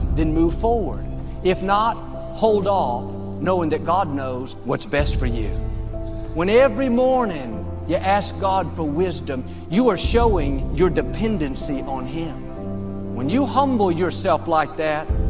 then move forward if not hold off knowing that god knows what's best for you when every morning you ask god for wisdom you are showing your dependency on him when you humble yourself like that,